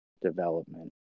development